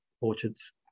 orchards